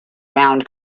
round